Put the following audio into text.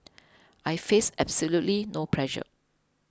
I face absolutely no pressure